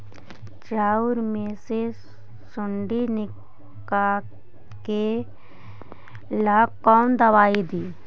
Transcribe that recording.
चाउर में से सुंडी निकले ला कौन दवाई दी?